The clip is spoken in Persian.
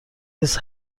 نیست